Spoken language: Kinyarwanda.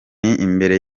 imbere